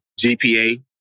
GPA